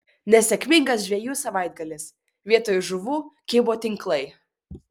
nesėkmingas žvejų savaitgalis vietoj žuvų kibo tinklai